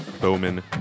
Bowman